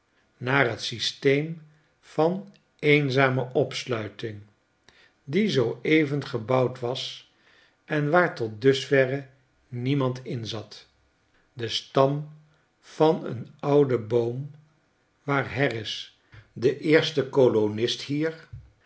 naar t systeem van eenzame opsluiting die zoo even gebouwd was en waar tot dusverre niemand in zat den stam van een ouden boom waar harris de eerste kolonist hier